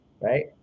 right